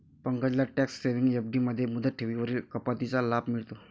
पंकजला tax saving FD मध्ये मुदत ठेवींवरील कपातीचा लाभ मिळतो